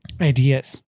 ideas